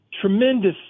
tremendous